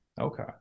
Okay